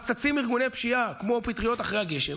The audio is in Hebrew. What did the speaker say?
אז צצים ארגוני פשיעה כמו פטריות אחרי הגשם